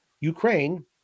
Ukraine